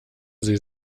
sie